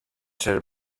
ser